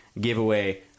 giveaway